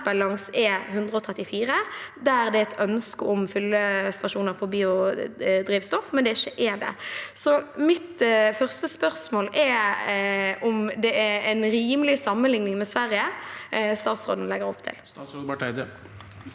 langs E134, der det er et ønske om fyllestasjoner for biodrivstoff, men ikke er det. Mitt første spørsmål er derfor om det er en rimelig sammenligning med Sverige statsråden legger opp til.